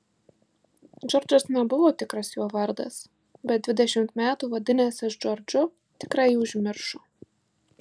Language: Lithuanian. džordžas nebuvo tikras jo vardas bet dvidešimt metų vadinęsis džordžu tikrąjį užmiršo